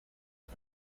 het